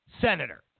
senator